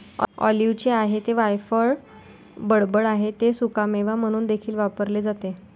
ऑलिव्हचे आहे ते वायफळ बडबड आहे ते सुकामेवा म्हणून देखील वापरले जाते